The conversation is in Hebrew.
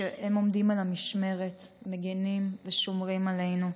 כשהם עומדים על המשמרת, מגינים ושומרים עלינו.